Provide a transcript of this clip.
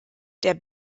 der